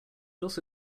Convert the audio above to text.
also